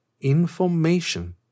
information